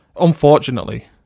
unfortunately